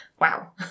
Wow